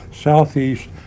Southeast